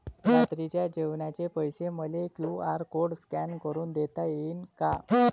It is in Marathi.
रात्रीच्या जेवणाचे पैसे मले क्यू.आर कोड स्कॅन करून देता येईन का?